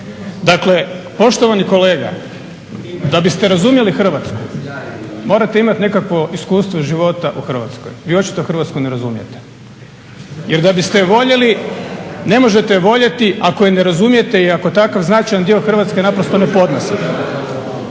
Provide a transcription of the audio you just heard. Dakle, poštovani kolega da biste razumjeli Hrvatsku morate imati nekakvo iskustvo života u Hrvatskoj. Vi očito hrvatsko ne razumijete. Jer da biste je voljeli ne možete je voljeti ako je ne razumijete i ako takav značajan dio Hrvatske naprosto ne podnosite.